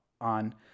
on